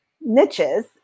niches